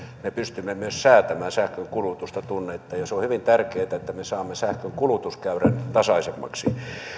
me pystymme myös säätämään sähkönkulutusta tunneittain se on hyvin tärkeätä että me saamme sähkönkulutuskäyrän tasaisemmaksi